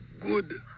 good